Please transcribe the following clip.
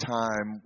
time